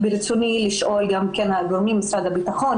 ברצוני לשאול גם את גורמי משרד הביטחון